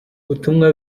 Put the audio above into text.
ubutumwa